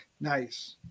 Nice